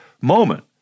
moment